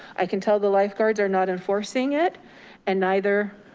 i can tell the lifeguards are not enforcing it and neither